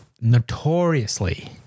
notoriously